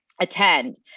attend